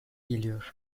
geliyor